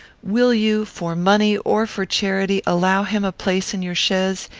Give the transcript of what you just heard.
will you, for money or for charity, allow him a place in your chaise,